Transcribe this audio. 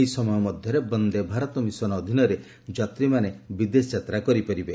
ଏହି ସମୟ ମଧ୍ୟରେ ବନ୍ଦେ ଭାରତ ମିଶନ୍ ଅଧୀନରେ ଯାତ୍ରୀମାନେ ବିଦେଶ ଯାତ୍ରା କରିପାରିବେ